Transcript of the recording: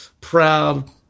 proud